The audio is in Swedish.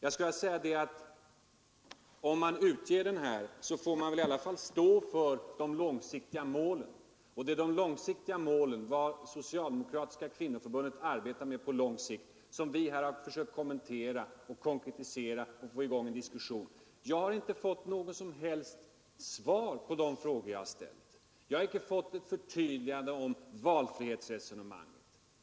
Om man ger ut en skrift får man väl i alla fall stå för de långsiktiga målen, och det är de långsiktiga målen — vad Socialdemokratiska kvinnoförbundet arbetar för på lång sikt — som vi här har försökt kommentera och konkretisera för att få i gång en diskussion. Jag har inte fått något som helst svar på de frågor jag ställt. Jag har inte fått något förtydligande om valfrihetsresonemanget.